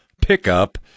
pickup